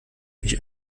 mich